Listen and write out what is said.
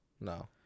No